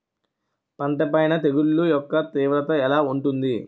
పంట పైన తెగుళ్లు యెక్క తీవ్రత ఎలా ఉంటుంది